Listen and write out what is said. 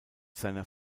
seiner